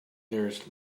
nearest